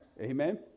Amen